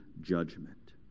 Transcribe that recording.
judgment